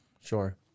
Sure